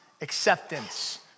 acceptance